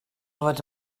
fod